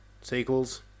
sequels